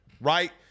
right